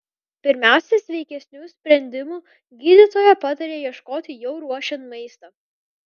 pirmiausia sveikesnių sprendimų gydytoja pataria ieškoti jau ruošiant maistą